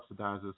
subsidizes